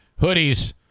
Hoodies